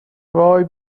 وای